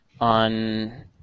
on